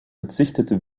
verzichtete